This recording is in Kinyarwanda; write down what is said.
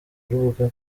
rubuga